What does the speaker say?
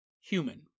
human